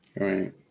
Right